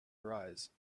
arise